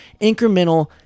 incremental